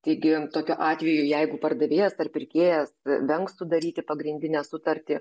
taigi tokiu atveju jeigu pardavėjas ar pirkėjas vengs sudaryti pagrindinę sutartį